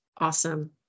Awesome